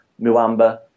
Muamba